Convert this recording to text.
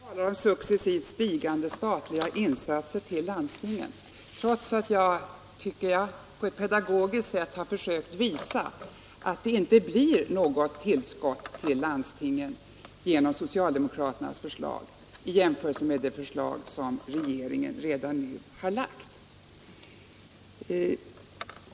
Herr talman! Herr Aspling talar om successivt stigande statliga insatser för landstingen, trots att jag tycker att jag på ett pedagogiskt sätt har visat att det inte blir något tillskott till landstingen genom socialdemokraternas förslag, jämfört med det förslag som regeringen redan framlagt.